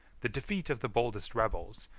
the defeat of the boldest rebels,